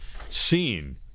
seen